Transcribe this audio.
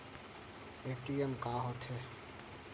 ATM का होथे?